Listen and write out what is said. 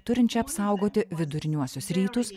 turinčia apsaugoti viduriniuosius rytus